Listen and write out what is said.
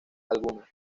alguna